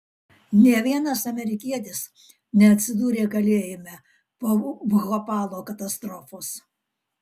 nė vienas amerikietis neatsidūrė kalėjime po bhopalo katastrofos